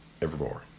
evermore